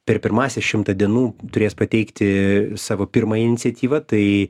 per pirmąsias šimtą dienų turės pateikti savo pirmąjį iniciatyvą tai